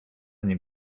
nim